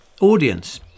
audience